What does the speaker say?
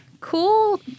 cool